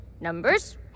Numbers